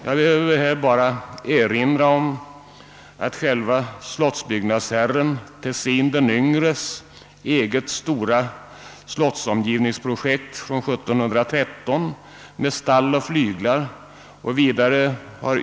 Jag behöver bara här erinra om själva slottsbyggnadsherren Tessin d. y:s eget stora slottsomgivningsprojekt från 1713 med stall och flyglar.